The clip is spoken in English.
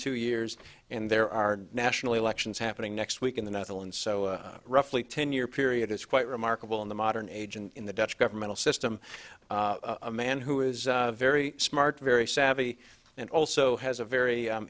two years and there are national elections happening next week in the netherlands so roughly ten year period is quite remarkable in the modern age and in the dutch governmental system a man who is very smart very savvy and also has a very